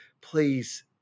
Please